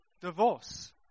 divorce